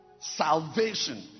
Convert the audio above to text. Salvation